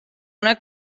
una